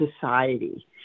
society